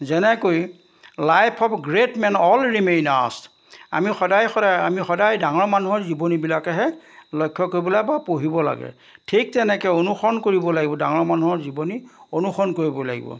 যেনেকৈ life of great men all remain আছ আমি সদায় সদায় আমি সদায় ডাঙৰ মানুহৰ জীৱনীবিলাকেহে লক্ষ্য কৰিব লাগে বা পঢ়িব লাগে ঠিক তেনেকৈ অনুসৰণ কৰিব লাগিব ডাঙৰ মানুহৰ জীৱনী অনুসৰণ কৰিব লাগিব